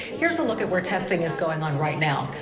here is look at where testing is going on right now.